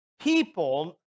people